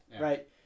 right